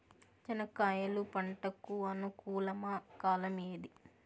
చెనక్కాయలు పంట కు అనుకూలమా కాలం ఏది?